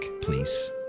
please